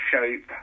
shape